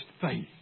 faith